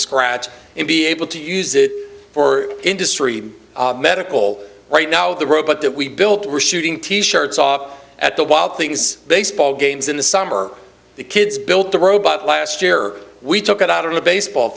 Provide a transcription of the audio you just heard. scratch and be able to use it for industry medical right now the robot that we built we're shooting t shirts off at the wild things baseball games in the summer the kids built the robot last we took it out of the baseball